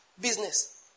business